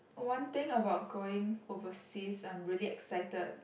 one thing about going overseas I'm really excited